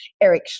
Eric